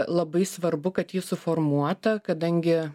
labai svarbu kad ji suformuota kadangi